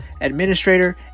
administrator